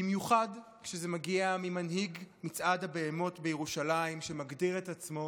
במיוחד כשזה מגיע ממנהיג מצעד הבהמות בירושלים שמגדיר את עצמו